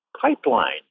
pipeline